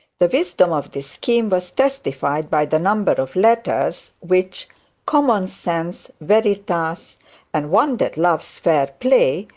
the wisdom of this scheme was testified by the number of letters which common sense, veritas, and one that loves fair play,